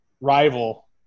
rival